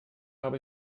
habe